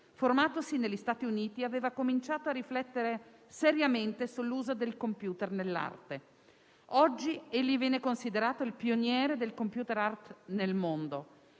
formatosi negli Stati Uniti, aveva cominciato a riflettere seriamente sull'uso del computer nell'arte. Oggi viene considerato il pioniere della *computer art* nel mondo.